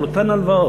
על אותן הלוואות.